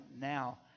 now